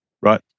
Right